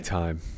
time